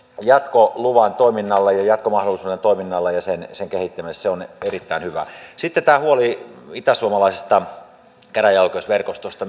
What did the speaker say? jatkoluvan toiminnalleen ja jatkomahdollisuuden toiminnalleen ja sen kehittämiseen se on erittäin hyvä sitten yhdyn myöskin tähän huoleen itäsuomalaisesta käräjäoikeusverkostosta